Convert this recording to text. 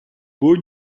buca